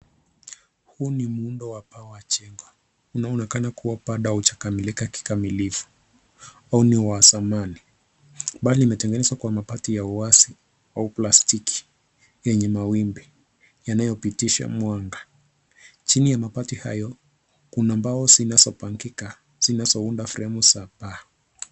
Huu ni muundo wa paa wa jengo unaonekana bado haujakamilika kikamilifu au ni zamani bali umetengenezwa kwa muundo wa mabati au plastiki yenye mawimbi yanayopitisha mwanga. Chini ya mabati hayo kuna mbao zinazopangika zinazounda fremu za paa.